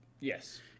Yes